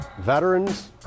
Veterans